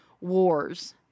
wars